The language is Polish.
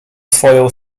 swoją